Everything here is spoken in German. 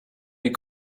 die